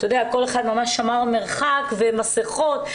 כשכל אחד ממש שמר מרחק ועטו מסכות,